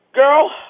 girl